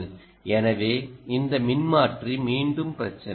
எனவே இந்த மின்மாற்றி மீண்டும் பிரச்சினை